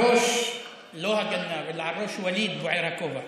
לא על ראש הגנב אלא על ראש ווליד בוער הכובע.